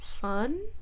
fun